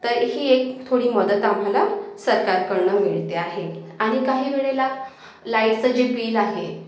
तर ही एक थोडी मदत आम्हाला सरकारकडनं मिळते आहे आणि काही वेळेला लाईटचं जे बिल आहे